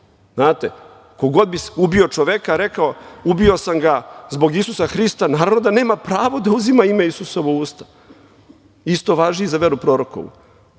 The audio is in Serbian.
Znate, ko god bi ubio čoveka, rekao bi – ubio sam ga zbog Isusa Hrista. Naravno da nema pravo da uzima ime Isusovo u usta. Isto važi i zva veru prorokovu,